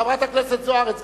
חברת הכנסת זוארץ,